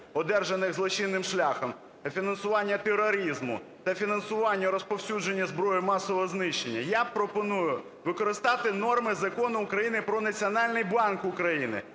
одержаних злочинним шляхом, фінансуванню тероризму та фінансуванню розповсюдження зброї масового знищення" я пропоную використати норми Закону України "Про Національний банк України",